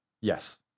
yes